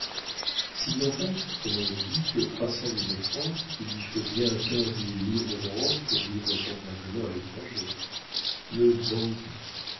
s'il n'emporte comme on le dit que trois cent mille francs il lui faut bien quinze mille livres de rente pour vivre convenablement à l'étranger le bandit